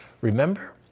Remember